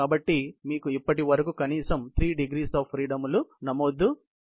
కాబట్టి మీకు ఇప్పటివరకు కనీసం 3 డిగ్రీస్ ఆఫ్ ఫ్రీడమ్ లు నమోదుచేసారు